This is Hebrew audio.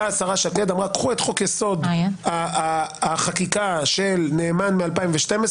באה השרה שקד ואמרה קחו את חוק יסוד: החקיקה של נאמן מ-2012,